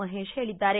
ಮಹೇಶ್ ಹೇಳಿದ್ದಾರೆ